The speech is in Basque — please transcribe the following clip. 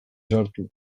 sartu